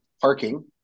parking